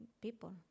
people